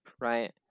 right